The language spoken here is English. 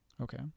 Okay